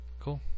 Cool